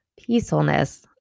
peacefulness